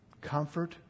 Comfort